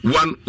one